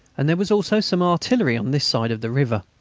and there was also some artillery on this side of the river.